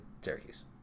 Syracuse